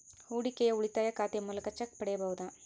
ಹೂಡಿಕೆಯ ಉಳಿತಾಯ ಖಾತೆಯ ಮೂಲಕ ಚೆಕ್ ಪಡೆಯಬಹುದಾ?